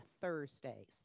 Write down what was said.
Thursdays